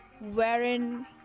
wearing